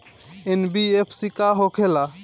NBFC का होंखे ला?